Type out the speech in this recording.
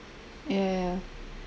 ya ya